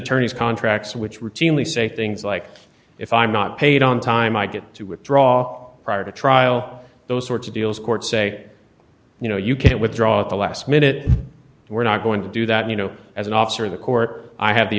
attorneys contracts which routinely say things like if i'm not paid on time i get to withdraw prior to trial those sorts of deals court say you know you can't withdraw at the last minute we're not going to do that you know as an officer of the court i have the